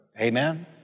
Amen